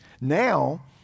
Now